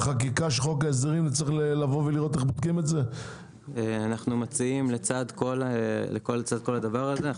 אנחנו מציעים לצד כל הדבר הזה,